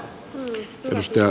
arvoisa puhemies